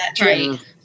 right